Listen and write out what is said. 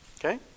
Okay